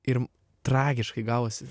ir tragiškai gavosi